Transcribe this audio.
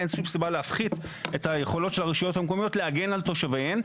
אין שום סיבה להפחית את היכולות של הרשויות המקומיות להגן על תושביהן.